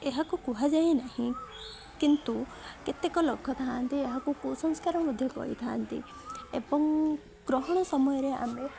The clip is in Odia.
ଏହାକୁ କୁହାଯାଏ ନାହିଁ କିନ୍ତୁ କେତେକ ଲୋକ ଥାନ୍ତି ଏହାକୁ କୁସଂସ୍କାର ମଧ୍ୟ କହିଥାନ୍ତି ଏବଂ ଗ୍ରହଣ ସମୟରେ ଆମେ